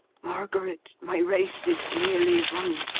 margaret, my race is nearly run.